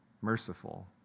merciful